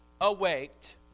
awaked